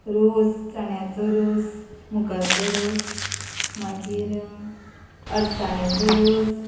रोस चण्याचो रोस मुगाचो रोस मागीर अळसाण्यांचो रोस